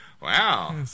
Wow